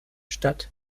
statt